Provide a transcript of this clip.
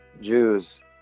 Jews